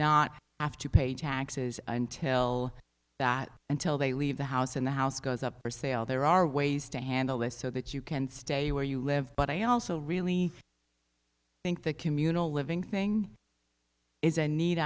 not have to pay taxes until that until they leave the house and the house goes up for sale there are ways to handle this so that you can stay where you live but i also really think that communal living thing is a ne